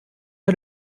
pas